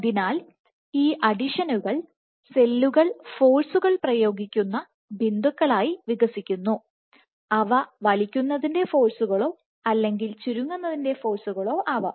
അതിനാൽ ഈ അഡിഷനുകൾ സെല്ലുകൾ ഫോഴ്സുകൾ പ്രയോഗിക്കുന്ന ബിന്ദുക്കളായിവികസിക്കുന്നു അവ വലിക്കുന്നതിൻറെ ഫോഴ്സുകളോ അല്ലെങ്കിൽ ചുരുങ്ങുന്നതിന് ഫോഴ്സുകളോ ആവാം